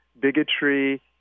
bigotry